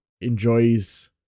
enjoys